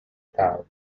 time